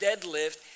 deadlift